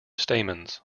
stamens